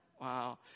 Wow